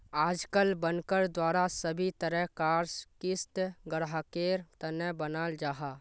आजकल बनकर द्वारा सभी तरह कार क़िस्त ग्राहकेर तने बनाल जाहा